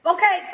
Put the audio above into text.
Okay